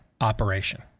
operation